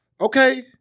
Okay